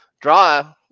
Draw